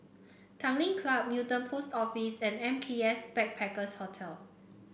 Tanglin Club Newton Post Office and M K S Backpackers Hostel